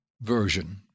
version